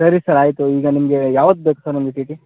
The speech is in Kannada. ಸರಿ ಸರ್ ಆಯಿತು ಈಗ ನಿಮಗೆ ಯಾವತ್ತು ಬೇಕು ಸರ್ ನಮ್ಮದು ಟಿ ಟಿ